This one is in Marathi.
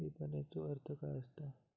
विपणनचो अर्थ काय असा?